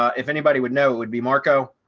ah if anybody would know it would be marco.